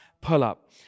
pull-up